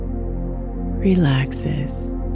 relaxes